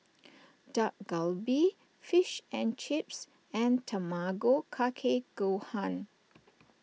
Dak Galbi Fish and Chips and Tamago Kake Gohan